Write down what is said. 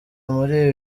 muri